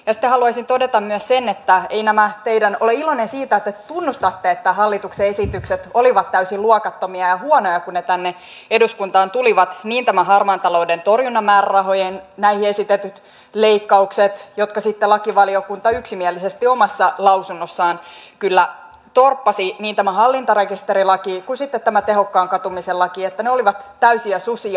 sitten haluaisin todeta myös sen että olen iloinen siitä että te tunnustatte että hallituksen esitykset olivat täysin luokattomia ja huonoja kun ne tänne eduskuntaan tulivat niin tämän harmaan talouden torjunnan määrärahoihin esitetyt leikkaukset jotka sitten lakivaliokunta yksimielisesti omassa lausunnossaan kyllä torppasi kuin myös tämä hallintarekisterilaki ja sitten tämä tehokkaan katumisen laki että ne olivat täysiä susia